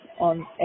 on